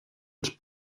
els